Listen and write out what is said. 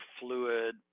fluid